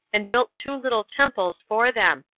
and built two little temples for them,